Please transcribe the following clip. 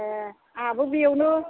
ए आंहाबो बेवनो